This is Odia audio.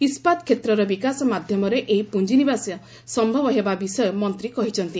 ଇସ୍କାତ କ୍ଷେତ୍ରର ବିକାଶ ମାଧ୍ୟମରେ ଏହି ପୁଞ୍ଜିନିବେଶ ସମ୍ଭବ ହେବା ବିଷୟ ମନ୍ତ୍ରୀ କହିଛନ୍ତି